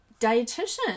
dietitian